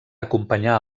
acompanyar